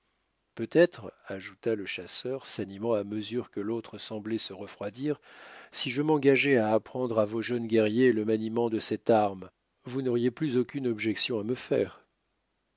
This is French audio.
peut-être ajouta le chasseur s'animant à mesure que l'autre semblait se refroidir si je m'engageais à apprendre à vos jeunes guerriers le maniement de cette arme vous n'auriez plus aucune objection à me faire